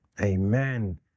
Amen